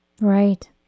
Right